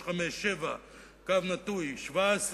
פ/357/17,